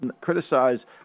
criticize